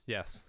Yes